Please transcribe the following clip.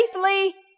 safely